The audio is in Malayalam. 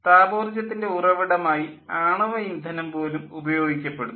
താപോർജ്ജത്തിൻ്റെ ഉറവിടമായി ആണവ ഇന്ധനം പോലും ഉപയോഗിക്കപ്പെടുന്നു